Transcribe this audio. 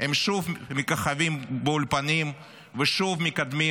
הם שוב מככבים באולפנים ושוב מקדמים